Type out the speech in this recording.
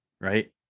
right